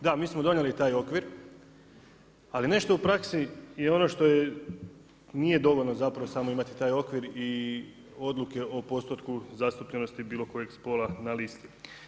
Da, mi smo donijeli taj okvir ali nešto u praksi i ono što nije dovoljno samo imati taj okvir i odluke o postotku zastupljenosti bilo kojeg spola na listi.